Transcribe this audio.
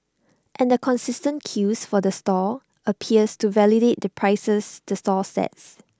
and the consistent queues for the stall appears to validate the prices the stall sets